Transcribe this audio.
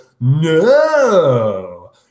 no